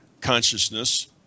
consciousness